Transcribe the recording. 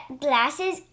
glasses